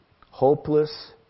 hopeless